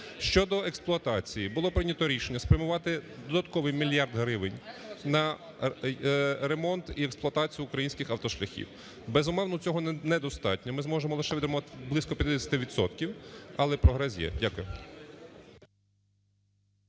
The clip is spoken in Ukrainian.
Щодо експлуатації. Було прийнято рішення спрямувати додатковий мільярд гривень на ремонт і експлуатацію українських автошляхів. Безумовно, цього недостатньо, ми зможемо лише відремонтувати близько 50 відсотків, але прогрес є. Дякую.